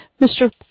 Mr